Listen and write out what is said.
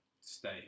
stay